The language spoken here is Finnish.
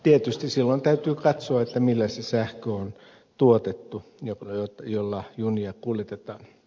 tietysti silloin täytyy katsoa millä se sähkö on tuotettu jolla junia kuljetetaan